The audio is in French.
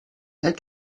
sept